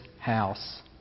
house